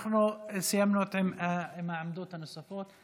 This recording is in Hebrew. אנחנו סיימנו עם העמדות הנוספות.